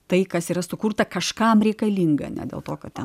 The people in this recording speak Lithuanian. tai kas yra sukurta kažkam reikalinga ne dėl to kad